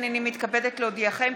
הינני מתכבדת להודיעכם,